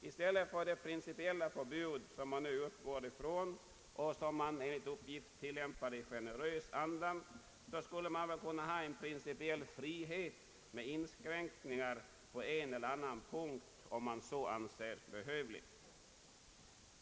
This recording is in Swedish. I stället för det principiella förbud, som man nu utgår ifrån och sedan ger dispens från i generös anda, skulle man väl kunna ha en principiell frihet med inskränkningar på en eller annan punkt om man så anser behövligt.